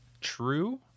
true